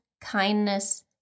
kindness